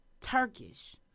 Turkish